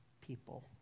people